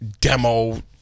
demo